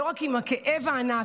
לא רק עם הכאב הענק,